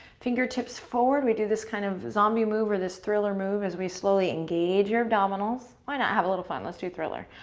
fingertips forward. we do this kind of zombie move or this thriller move as we slowly engage the abdominals. why not have a little fun? let's do thriller.